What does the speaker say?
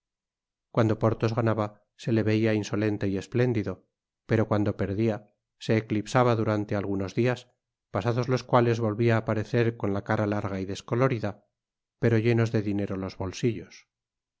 cuando porthos ganaba se le veia insolente y espléndido pero cuando perdia se eclipsaba durante algunos dias pasados los cuales volvia á aparecer con la cara larga y descolorida pero llenos de dinero los bolsillos